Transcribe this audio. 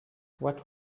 what